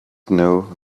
know